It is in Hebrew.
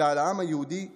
אלא על העם היהודי כולו.